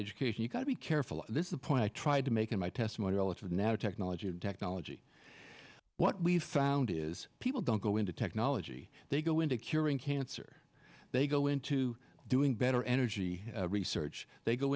education you've got to be careful this is the point i tried to make in my testimony relative now technology and technology what we've found is people don't go into technology they go into curing cancer they go into doing better energy research they go